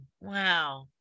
wow